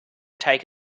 take